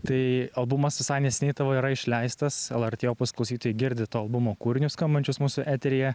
tai albumas visai neseniai tavo yra išleistas lrt opus klausytojai girdi to albumo kūrinius skambančius mūsų eteryje